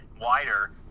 wider